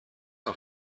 auf